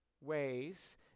ways